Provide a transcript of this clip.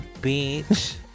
Beach